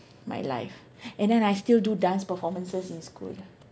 my life and then I still do dance performances in school